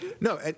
No